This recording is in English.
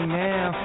now